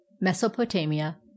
Mesopotamia